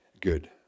Good